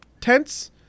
tense